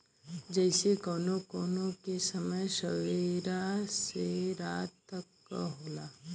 जइसे कउनो कउनो के समय सबेरा से रात तक क होला